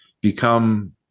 become